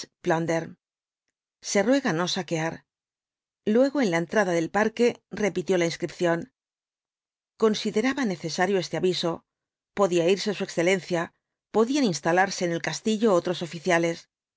plündern se ruega no saquear luego en la entrada del parque repitió la inscripción consideraba necesario este aviso podía irse su excelencia podían instalarse en el castillo otros oficiales